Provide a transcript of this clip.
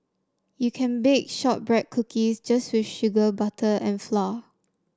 you can bake shortbread cookies just with sugar butter and flour